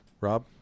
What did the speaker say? Rob